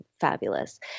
fabulous